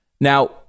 Now